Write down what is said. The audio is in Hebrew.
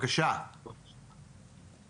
יש פה מישהו מהמל"ג שיכול לדבר?